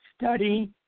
study